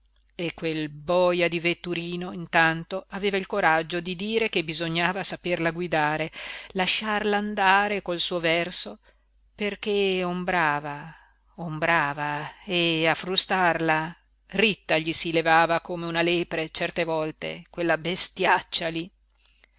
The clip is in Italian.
e quel boja di vetturino intanto aveva il coraggio di dire che bisognava saperla guidare lasciarla andare col suo verso perché ombrava ombrava e a frustarla ritta gli si levava come una lepre certe volte quella bestiaccia lí